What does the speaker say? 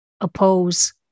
oppose